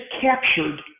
captured